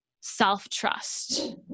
self-trust